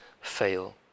fail